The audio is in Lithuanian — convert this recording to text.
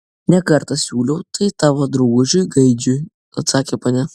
ne kartą siūliau tai tavo draugužiui gaidžiui atsakė ponia